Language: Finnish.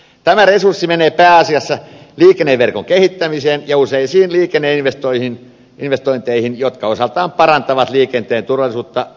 tämä resurssi menee pääasiassa liikenneverkon kehittämiseen ja useisiin liikenneinvestointeihin jotka osaltaan parantavat liikenteen turvallisuutta